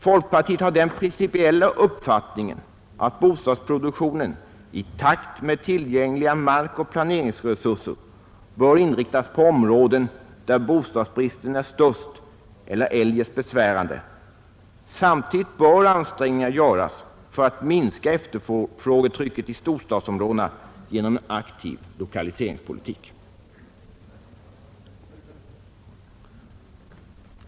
Folkpartiet har den principiella uppfattningen att bostadsproduktionen i takt med tillgängliga markoch planeringsresurser bör inriktas på områden där bostadsbristen är störst eller eljest besvärande, Samtidigt bör ansträngningar göras för att minska efterfrågetrycket i storstadsområdena genom en aktiv lokaliseringspolitik.